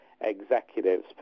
executives